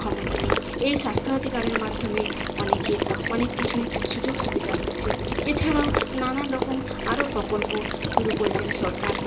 ক্ষমতা নেই এই স্বাস্থ্যসাথী কার্ডের মাধ্যমে অনেকের অনেক কিছুই সুযোগ সুবিধা হচ্ছে এছাড়াও নানান রকম আরও প্রকল্প শুরু করেছেন সরকার